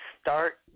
start